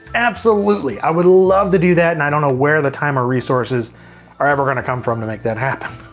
absolutely. i would love to do that and i don't know where the time or resources are ever gonna come from to make that happen,